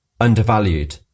undervalued